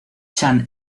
chan